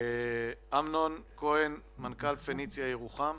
אמנון כהן, מנכ"ל "פניציה" ירוחם.